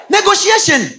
Negotiation